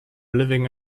living